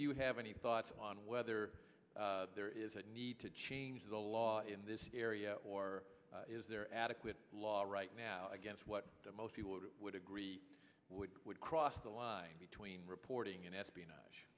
you have any thoughts on whether there is a need to change the law in this area or is there adequate law right now against what most people would agree would would cross the line between reporting and espionage